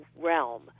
realm